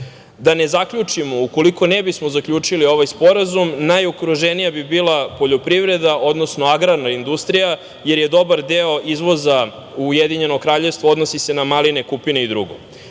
ne zaključimo, ukoliko ne bismo zaključili ovaj sporazum, najugroženija bi bila poljoprivreda, odnosno agrarna industrija, jer dobar deo izvoza u Ujedinjeno Kraljevstvo odnosi se na maline, kupine i drugo. Vlada